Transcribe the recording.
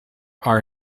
are